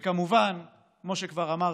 וכמובן, כמו שכבר אמרתי,